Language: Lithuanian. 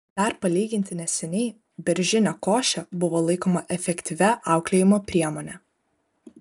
dar palyginti neseniai beržinė košė buvo laikoma efektyvia auklėjimo priemone